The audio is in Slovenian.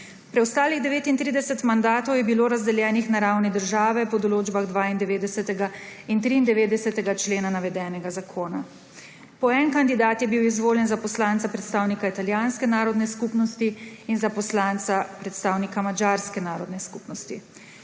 Preostalih 39 mandatov je bilo razdeljenih na ravni države po določbah 92. in 93. člena navedenega zakona. Po en kandidat je bil izvoljen za poslanca predstavnika italijanske narodne skupnosti in za poslanca predstavnika madžarske narodne skupnosti.